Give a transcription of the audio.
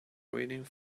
waiting